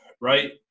right